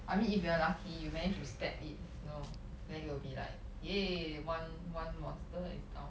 I mean if you are lucky you manage to stab it you know then you will be like !yay! one one monster is down